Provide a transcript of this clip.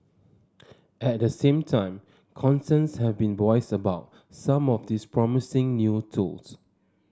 at the same time concerns have been voiced about some of these promising new tools